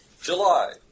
July